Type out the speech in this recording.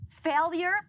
Failure